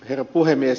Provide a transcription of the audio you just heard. herra puhemies